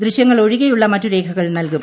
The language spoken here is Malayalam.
ദൃശ്യങ്ങൾ ഒഴികെയുള്ള മറ്റു രേഖകൾ നൽകും